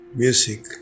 music